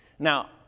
Now